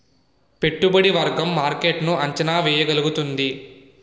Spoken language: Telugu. పెట్టుబడి వర్గం మార్కెట్ ను అంచనా వేయగలుగుతుంది